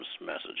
message